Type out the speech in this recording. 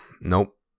Nope